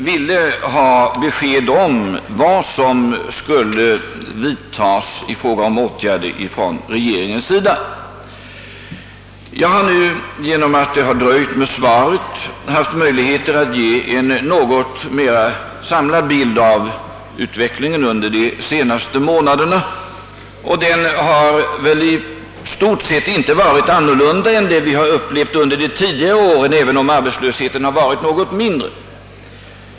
Tyvärr har det tagit litet lång tid innan jag haft tillfälle att besvara dessa frågor, men detta har också gett mig möjligheter att redovisa en något mer samlad bild av utvecklingen under de senaste månaderna. Utvecklingen under dessa månader har väl i stort sett varit densamma som under föregående år, även om arbetslösheten har varit något mindre.